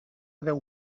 deu